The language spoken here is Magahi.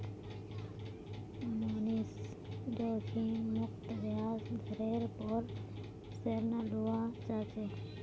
मोहनीश जोखिम मुक्त ब्याज दरेर पोर ऋण लुआ चाह्चे